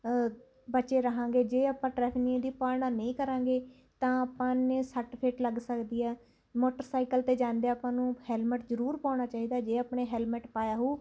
ਬਚੇ ਰਹਾਂਗੇ ਜੇ ਆਪਾਂ ਟਰੈਫਿਕ ਨਿਯਮਾਂ ਦੀ ਪਾਲਣਾ ਨਹੀਂ ਕਰਾਂਗੇ ਤਾਂ ਆਪਾਂ ਨੇ ਸੱਟ ਫੇਟ ਲੱਗ ਸਕਦੀ ਹੈ ਮੋਟਰਸਾਈਕਲ 'ਤੇ ਜਾਂਦੇ ਆਪਾਂ ਨੂੰ ਹੈਲਮਟ ਜ਼ਰੂਰ ਪਾਉਣਾ ਚਾਹੀਦਾ ਜੇ ਆਪਣੇ ਹੈਲਮਟ ਪਾਇਆ ਹੋਵੇ